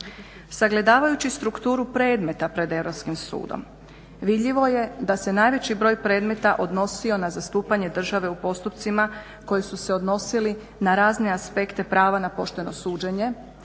Sagledavajući strukturu predmeta pred Europskim sudom vidljivo je da se najveći broj predmeta odnosio na zastupanje države u postupcima koji su se odnosili na razne aspekte prava na pošteno suđenje,